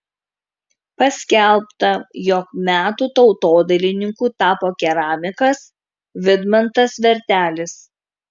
paskelbta jog metų tautodailininku tapo keramikas vydmantas vertelis